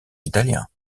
italiens